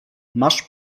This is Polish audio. masz